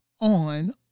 on